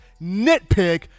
nitpick